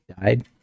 died